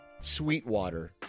Sweetwater